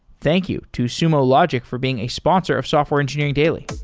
thank you to sumo logic for being a sponsor of software engineering daily